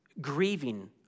grieving